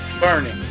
Burning